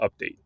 Update